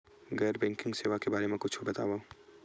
गैर बैंकिंग सेवा के बारे म कुछु बतावव?